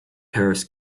terrace